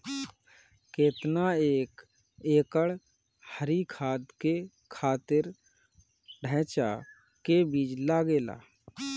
केतना एक एकड़ हरी खाद के खातिर ढैचा के बीज लागेला?